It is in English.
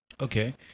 Okay